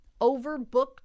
overbooked